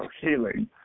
healing